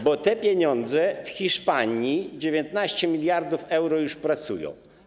Bo te pieniądze w Hiszpanii, 19 mld euro, już pracują.